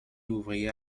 ouvrier